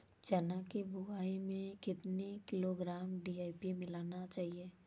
चना की बुवाई में कितनी किलोग्राम डी.ए.पी मिलाना चाहिए?